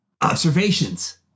Observations